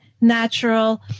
natural